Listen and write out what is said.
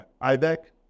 Ibex